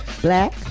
Black